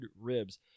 ribs